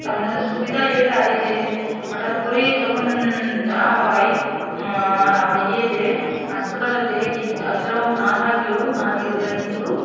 তার মধ্যে সুবিধা এটাই যে হঠাৎ করেই যখন যাওয়া হয় ওই ইয়েতে হাসপাতালেতে কিন্তু ডাক্তারবাবু না থাকলেও নার্স দিদিরা কিন্তু